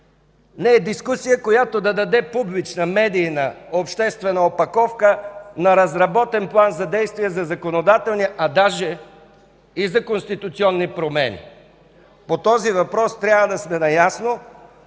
не е дискусия, която да даде публична, медийна, обществена опаковка на разработен план за действие за законодателни, а даже и за конституционни промени. А по този въпрос трябва да сме наясно,